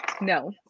no